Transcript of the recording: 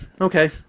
Okay